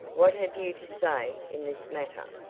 what have you to say in this matter?